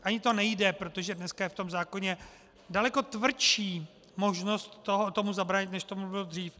Ani to nejde, protože dneska je v tom zákoně daleko tvrdší možnost tomu zabránit, než tomu bylo dřív.